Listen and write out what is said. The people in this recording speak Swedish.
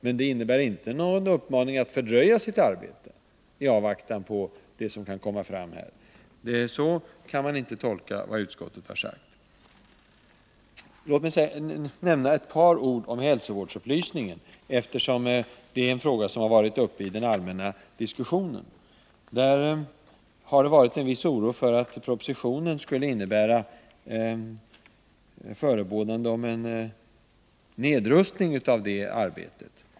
Men det innebär inte någon uppmaning att fördröja arbetet i avvaktan på vad som kan komma fram. Så kan man inte tolka vad utskottet har sagt. Låt mig sedan säga ett par ord om hälsovårdsupplysningen, eftersom det är en fråga som har varit uppe i den allmänna diskussionen. Det har förekommit en viss oro för att propositionen skulle förebåda en nedrustning av det arbetet.